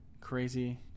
crazy